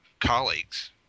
colleagues